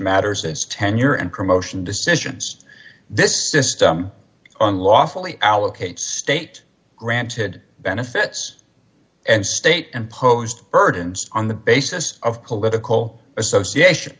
matters as tenure and promotion decisions this system unlawfully allocate state granted benefits and state imposed burdens on the basis of political association